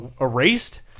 erased